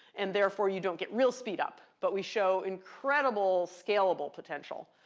and therefore, you don't get real speed-up. but we show incredible scalable potential.